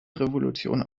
revolution